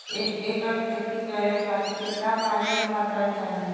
एक एकड़ खेती करे खातिर कितना पानी के मात्रा चाही?